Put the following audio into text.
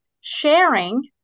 sharing